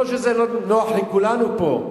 לא שזה נוח לכולנו פה,